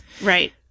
Right